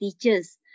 teachers